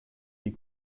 des